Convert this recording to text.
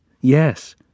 Yes